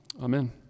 Amen